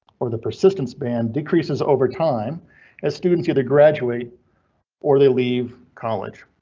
or the persistence band decreases overtime as students either graduate or they leave college.